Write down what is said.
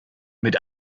mit